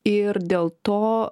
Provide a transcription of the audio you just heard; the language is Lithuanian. ir dėl to